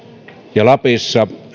ja lapissa